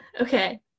okay